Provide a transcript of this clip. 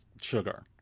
Sugar